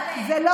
נתנו